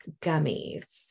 gummies